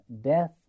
death